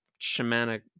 shamanic